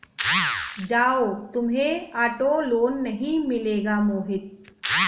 जाओ, तुम्हें auto loan नहीं मिलेगा मोहित